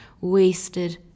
wasted